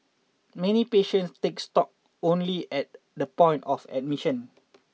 many patients take stock only at the point of admission